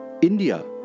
India